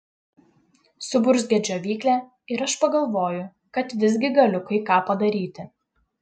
suburzgia džiovyklė ir aš pagalvoju kad visgi galiu kai ką padaryti